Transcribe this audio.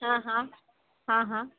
હા હા હા હા